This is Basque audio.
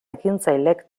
ekintzailek